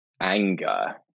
anger